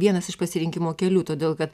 vienas iš pasirinkimo kelių todėl kad